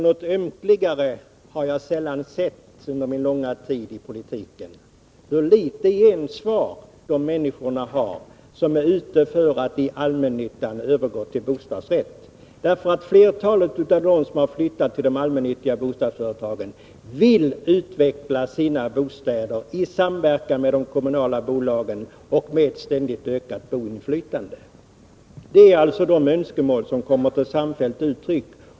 Något ömkligare har jag sällan sett under min långa tid i politiken — hur litet gensvar de människor har som är ute för att i allmännyttan övergå till bostadsrätt. Flertalet av dem som har flyttat till de allmännyttiga bostadsföretagen vill utveckla sina bostäder i samverkan med de kommunala bolagen och med ett ständigt ökat boendeinflytande. Detta är de önskemål som samfällt kommer till uttryck.